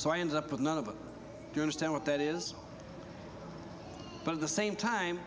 so i end up with none of you understand what that is but at the same time